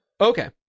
Okay